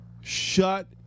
shut